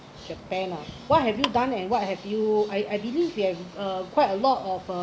japan ah what have you done and what have you I I believe you have uh quite a lot of uh